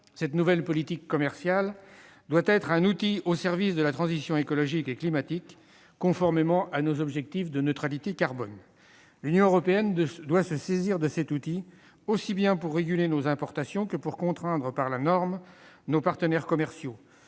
Cette nouvelle politique commerciale doit être un outil au service de la transition écologique et climatique, conformément à nos objectifs de neutralité carbone. L'Union européenne doit se saisir de cet outil, aussi bien pour réguler ses importations que pour contraindre par la norme ses partenaires commerciaux.